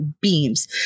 beams